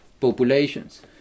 populations